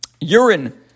urine